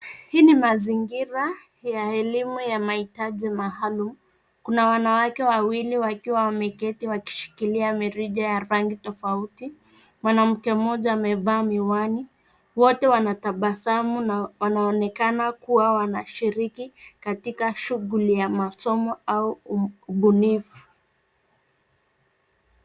Hii ni mazingira ya elimu ya mahitaji maalum. Kuna wanawake wawili wakiwa wameketi wakishikilia mirija ya rangi tofauti. Mwanamke mmoja amevaa miwani, wote wanatabasamu na wanaonekana kuwa wanashiriki katika shughuli ya masomo au ubunifu.